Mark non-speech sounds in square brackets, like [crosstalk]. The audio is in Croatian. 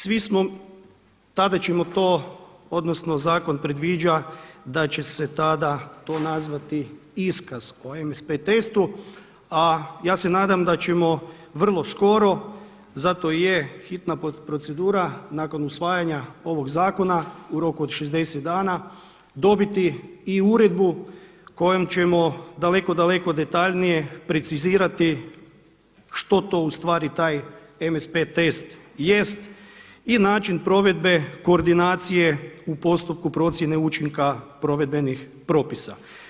Svi smo, tada ćemo to, odnosno zakon predviđa da će se tada to nazvati iskaz s kojim … [unintelligible] a ja se nadam da ćemo vrlo skoro, zato je hitna procedura nakon usvajanja ovog zakona u roku od 60 dana dobiti i uredbu kojom ćemo daleko, daleko detaljnije precizirati što to u stvari taj MSP test jest i način provedbe koordinacije u postupku procjene učinka provedbenih propisa.